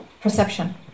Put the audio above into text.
perception